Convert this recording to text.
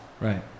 Right